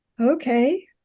Okay